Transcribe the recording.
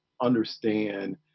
understand